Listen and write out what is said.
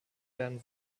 werden